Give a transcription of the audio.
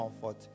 comfort